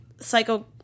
psycho